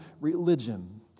religion